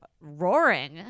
roaring